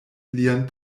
lian